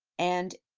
and